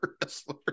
wrestler